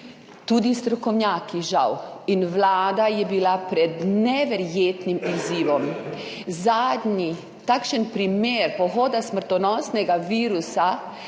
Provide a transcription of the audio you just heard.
tudi strokovnjaki, žal. Vlada je bila pred neverjetnim izzivom. Zadnji takšen primer pohoda smrtonosnega virusa